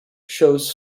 shows